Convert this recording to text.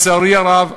לצערי הרב,